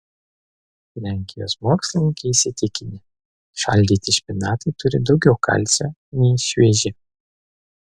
lenkijos mokslininkai įsitikinę šaldyti špinatai turi daugiau kalcio nei švieži